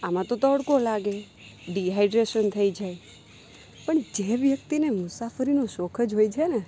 આમાં તો તડકો લાગે ડિહાઈડ્રેશન થઈ જાય પણ જે વ્યક્તિને મુસાફરીનો શોખ જ હોય છેને